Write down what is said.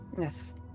Yes